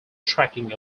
tracking